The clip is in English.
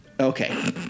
Okay